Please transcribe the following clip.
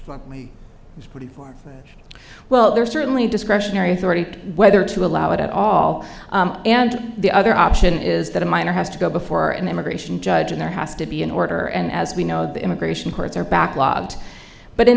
is pretty far well they're certainly discretionary authority whether to allow it at all and the other option is that a minor has to go before an immigration judge and there has to be an order and as we know the immigration courts are backlogged but in